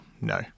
no